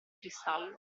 cristallo